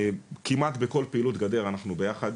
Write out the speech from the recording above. כמעט בכל פעילות גדר אנחנו ביחד.